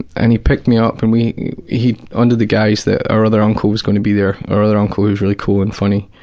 and he picked me up and we, under the guise that our other uncle was going to be there. our other uncle who was really cool and funny.